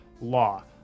law